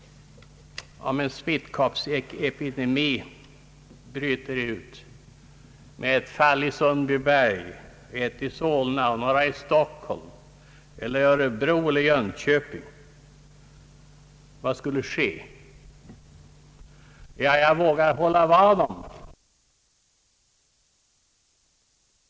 Vad skulle ske om en smittkoppsepidemi bryter ut med exempelvis ett fall i Sundbyberg, ett i Solna och några i Stockholm, örebro eller Jönköping? Jag vågar hålla vad om, herr statrådet Aspling, att statsrådet inte skulle dröja en sekund med att låta mobilisera alla tänkbara resurser — kosta vad det kosta vill — för att stoppa epidemin. Narkotikamissbruket är en epidemi. Men tyvärr vill statsrådet vänta ytterligare och avvakta utvecklingen. Detta beklagar jag. Det är ett system som inte håller.